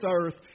earth